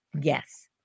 Yes